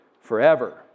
forever